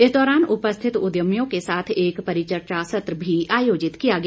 इस दौरान उपस्थित उद्यमियों के साथ एक परिचर्चा सत्र भी आयोजित किया गया